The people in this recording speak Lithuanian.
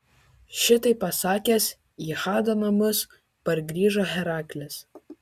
šitai pasakęs į hado namus pargrįžo heraklis